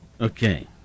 Okay